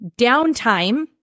Downtime